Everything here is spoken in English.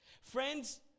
Friends